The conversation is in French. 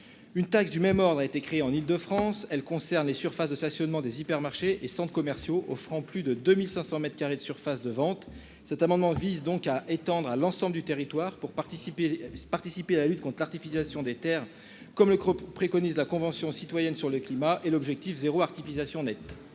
Une taxe de même nature a été créée en Île-de-France pour les surfaces de stationnement des hypermarchés et centres commerciaux offrant plus de 2 500 mètres carrés de surface de vente. Cet amendement vise à étendre cette taxe à l'ensemble du territoire afin de participer à la lutte contre l'artificialisation des terres, comme le préconise la Convention citoyenne pour le climat au travers de l'objectif « zéro artificialisation nette